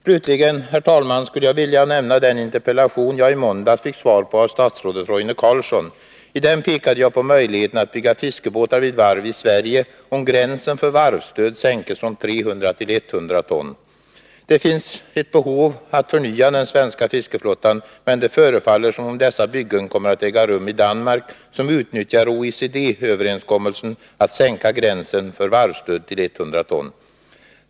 Slutligen skulle jag vilja nämna den interpellation jag i måndags fick svar på av statsrådet Roine Carlsson. I den pekade jag på möjligheterna att bygga fiskebåtar vid varv i Sverige, om gränsen för varvsstöd sänks från 300 till 100 ton. Det finns ett behov att förnya den svenska fiskeflottan, men det förefaller som om dessa byggen kommer att äga rum i Danmark, som utnyttjar OECD-överenskommelsen om att sänka gränsen för varvsstöd till 100 ton.